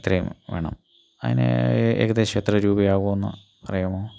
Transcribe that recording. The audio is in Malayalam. ഇത്രയും വേണം അതിന് ഏകദേശം എത്ര രൂപയാവുമെൻ ഒന്ന് പറയാമോ